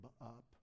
up